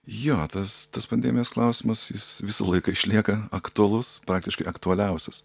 jo tas tas pandemijos klausimas jis visą laiką išlieka aktualus praktiškai aktualiausias